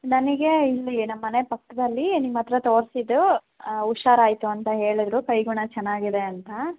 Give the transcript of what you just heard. ನನಗೆ ಇಲ್ಲಿ ನಮ್ಮ ಮನೆ ಪಕ್ದಲ್ಲಿ ನಿಮ್ಮ ಹತ್ತಿರ ತೋರ್ಸಿದ್ದು ಹುಷಾರಾಯ್ತು ಅಂತ ಹೇಳಿದ್ರು ಕೈ ಗುಣ ಚೆನ್ನಾಗಿದೆ ಅಂತ